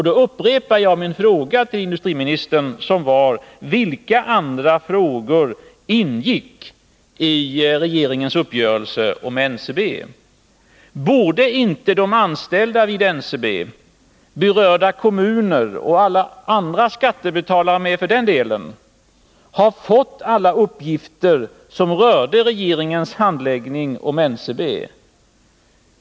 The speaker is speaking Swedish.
Då upprepar jag min fråga till industriministern: Vilka andra frågor ingick i regeringens uppgörelse om NCB? Borde inte de anställda vid NCB, berörda kommuner och alla andra skattebetalare med för den delen ha fått alla uppgifter som rörde regeringens handläggning av NCB?